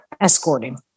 escorting